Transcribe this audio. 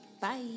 Bye